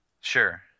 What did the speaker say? Sure